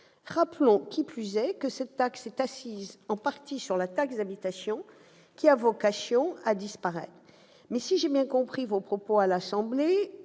Rappelons, qui plus est, que cette taxe est assise en partie sur la taxe d'habitation, qui a vocation à disparaître ... Si j'ai bien compris ce que vous avez